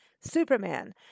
Superman